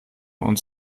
uns